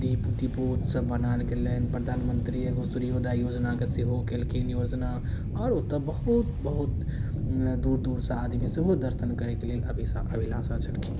दीप दीपोत्सव मनाएल गेलनि प्रधानमन्त्री एगो सूर्योदय योजनाके सेहो केलखिन योजना आओर ओतऽ बहुत बहुत दूर दूरसँ आदमी सेहो दर्शन करैके लेल अभि अभिलाषा छलखिन